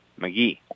McGee